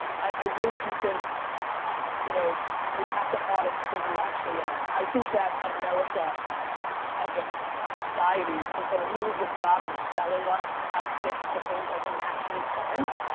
i really do think ah you know you have to audit who you actually are. i think that america as ah a society has done a really good job in selling us how to fix the things that we naturally aren't.